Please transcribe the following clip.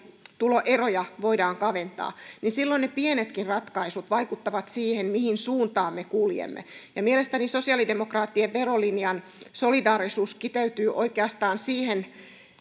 tuloeroja voidaan kaventaa niin silloin ne pienetkin ratkaisut vaikuttavat siihen mihin suuntaan me kuljemme mielestäni sosiaalidemokraattien verolinjan solidaarisuus kiteytyy oikeastaan siihen